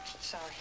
Sorry